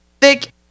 Thick